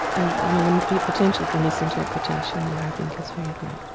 and i mean the potential for misinterpretation there i think is very great.